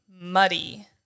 Muddy